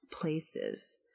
places